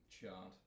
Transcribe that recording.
chart